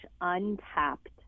untapped